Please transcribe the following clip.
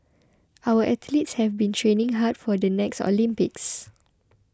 our athletes have been training hard for the next Olympics